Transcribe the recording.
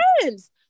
Friends